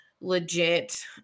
legit